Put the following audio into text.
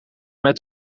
met